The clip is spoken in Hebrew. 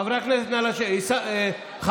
חברי הכנסת, נא לשבת.